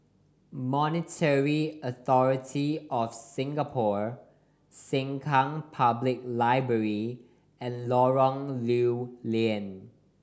Monetary Authority Of Singapore Sengkang Public Library and Lorong Lew Lian